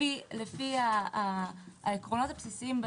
לפי העקרונות הבסיסיים,